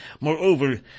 Moreover